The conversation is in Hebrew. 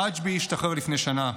רג'בי השתחרר לפני שנה,